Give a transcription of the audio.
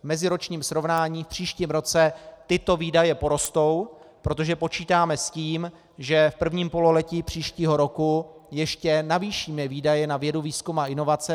V meziročním srovnání v příštím roce tyto výdaje porostou, protože počítáme s tím, že v prvním pololetí příštího roku ještě navýšíme výdaje na vědu, výzkum a inovace.